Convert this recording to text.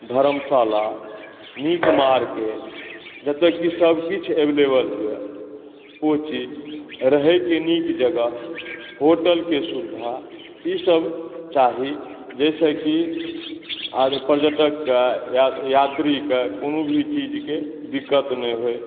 धर्मशाला नीक मार्केट जतय की सब किछु अवेलबल होए ओ चीज रहय के नीक जगह होटल के सुविधा ईसब चाही जाहिसॅं की पर्यटक के यात्री के कोनो भी चीज़ के दिक्कत नहि होइ